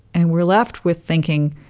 and we're left with thinking.